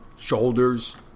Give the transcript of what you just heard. Shoulders